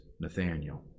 Nathaniel